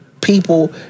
people